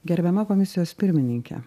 gerbiama komisijos pirmininke